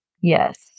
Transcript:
yes